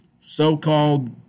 so-called